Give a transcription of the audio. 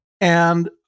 And-